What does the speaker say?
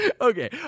Okay